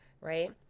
right